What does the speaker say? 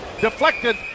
Deflected